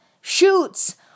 Shoots